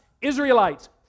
Israelites